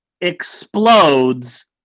explodes